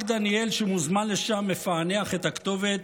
רק דניאל שמוזמן לשם מפענח את הכתובת,